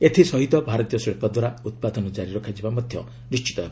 ଏଥିସହିତ ଭାରତୀୟ ଶିି୍ଧଦ୍ୱାରା ଉତ୍ପାଦନ ଜାରି ରଖାଯିବା ମଧ୍ୟ ନିଶ୍ଚିତ ହେବ